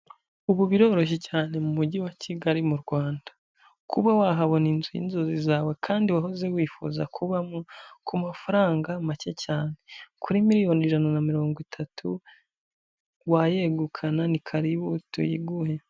Ubu biroroshye cyane, mu mujyi wa Kigali, mu Rwanda, kuba wahabona inzu y'inzozi zawe, kandi wahoze wifuza kubamo, ku mafaranga make cyane, kuri miliyoni ijana na mirongo itatu wayegukana, ni karibu tuyiguhe.